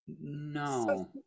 No